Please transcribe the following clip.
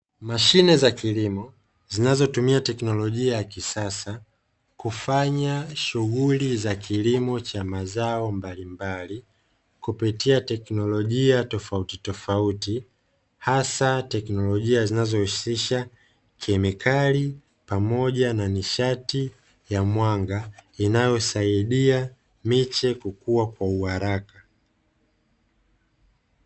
Mashine za kilimo zinazotumia teknolojia ya kisasa kufanya shughuli za kilimo cha mazao mbalimbali kupitia teknolojia tofauti tofauti, hasa teknolojia zinazohusisha kemikali pamoja na nishati ya mwanga inayosaidia miche kukua kwa uharaka.